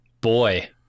Boy